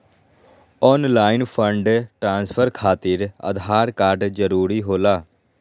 Online fund transfer खातिर Aadhaar card जरूरी होला?